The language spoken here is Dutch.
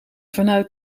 vanuit